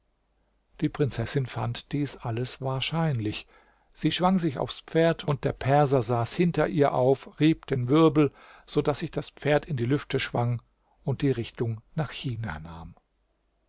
die prinzessin fand dies alles wahrscheinlich sie schwang sich aufs pferd und der perser saß hinter ihr auf rieb den wirbel so daß sich das pferd in die lüfte schwang und die richtung nach china nahm